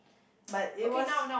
but it was